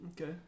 Okay